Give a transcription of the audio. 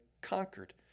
conquered